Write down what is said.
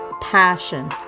passion